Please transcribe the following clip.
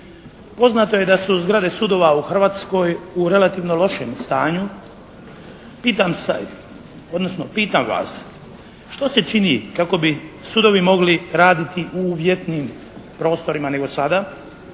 poznato je da su zgrade sudova u Hrvatskoj u relativno lošem stanju pitam sad, odnosno pitam vas što se čini kako bi sudovi mogli raditi u uvjetnijim prostorima nego sada?